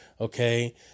okay